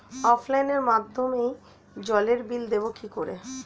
অফলাইনে মাধ্যমেই জলের বিল দেবো কি করে?